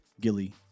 Gilly